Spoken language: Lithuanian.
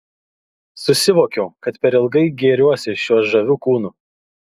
susivokiau kad per ilgai gėriuosi šiuo žaviu kūnu